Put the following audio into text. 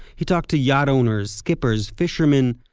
he talked to yacht owners, skippers, fishermen.